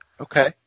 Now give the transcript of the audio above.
Okay